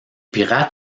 pirates